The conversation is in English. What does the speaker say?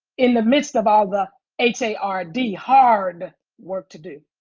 in the midst of all the h a r d, hard work to do.